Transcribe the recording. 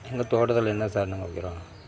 எங்கள் தோட்டத்தில் என்ன சார் நாங்கள் வைக்கிறோம்